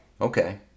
Okay